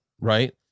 right